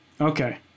Okay